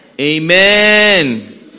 Amen